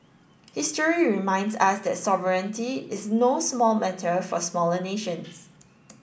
history reminds us that sovereignty is no small matter for smaller nations